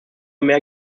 mehr